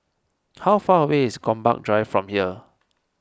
how far away is Gombak Drive from here